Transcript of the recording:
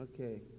okay